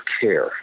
care